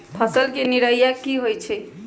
फसल के निराया की होइ छई?